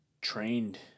trained